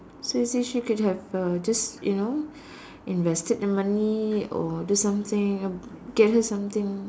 so you see she could have uh just you know invested the money or do something get her something